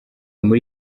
muri